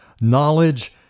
knowledge